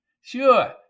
Sure